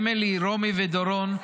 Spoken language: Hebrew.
אמילי, רומי ודורון,